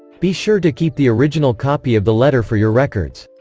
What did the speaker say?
be sure to keep the original copy of the letter for your records.